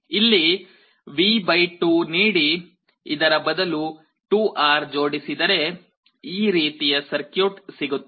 ಇಲ್ಲಿ V 2 ನೀಡಿ ಇದರ ಬದಲು 2R ಜೋಡಿಸಿದರೆ ಈ ರೀತಿಯ ಸರ್ಕ್ಯೂಟ್ ಸಿಗುತ್ತದೆ